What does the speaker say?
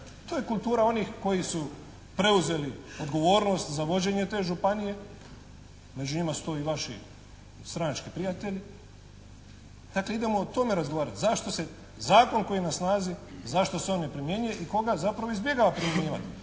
To je kultura onih koji su preuzeli odgovornost za vođenje te županije, među njima su to i vaši stranački prijatelji, dakle idemo o tome razgovarati, zašto se zakon koji je na snazi, zašto se on ne primjenjuje i tko ga zapravo izbjegava primjenjivati.